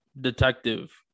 detective